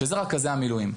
שזה רכזי המילואים.